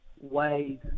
ways